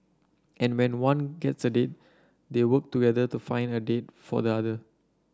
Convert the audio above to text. and when one gets a date they work together to find a date for the other